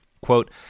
Quote